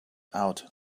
out